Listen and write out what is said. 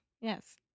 yes